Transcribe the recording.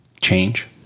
change